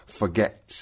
forget